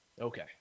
Okay